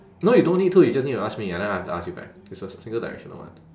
no you don't need to you just need to ask me and then I have to ask you back it's a single directional one